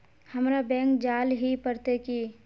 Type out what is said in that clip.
हमरा बैंक जाल ही पड़ते की?